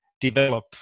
develop